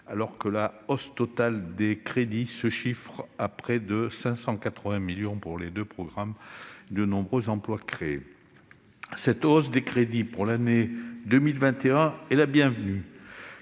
alors que la hausse totale des crédits se chiffre à près de 580 millions pour les deux programmes. De nombreux emplois seront créés. Cette hausse des crédits pour l'année 2021 est la bienvenue.